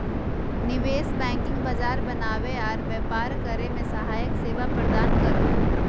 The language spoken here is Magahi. निवेश बैंकिंग बाजार बनावे आर व्यापार करे मे सहायक सेवा प्रदान करो हय